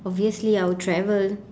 obviously I would travel